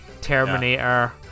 Terminator